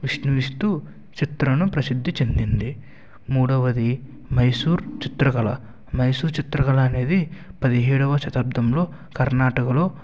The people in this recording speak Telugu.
విష్ణు విస్తూ చిత్రను ప్రసిద్ధి చెందింది మూడోవది మైసూర్ చిత్రకళ మైసూర్ చిత్రకళ అనేది పదిహేడవ శతాబ్దంలో కర్ణాటకలో